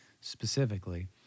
specifically